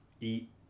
Eat